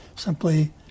simply